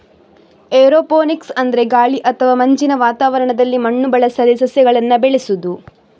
aeroponics ಅಂದ್ರೆ ಗಾಳಿ ಅಥವಾ ಮಂಜಿನ ವಾತಾವರಣದಲ್ಲಿ ಮಣ್ಣು ಬಳಸದೆ ಸಸ್ಯಗಳನ್ನ ಬೆಳೆಸುದು